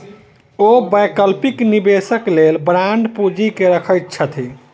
ओ वैकल्पिक निवेशक लेल बांड पूंजी के रखैत छथि